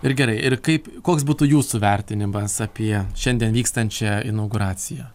ir gerai ir kaip koks būtų jūsų vertinimas apie šiandien vykstančią inauguraciją